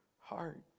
heart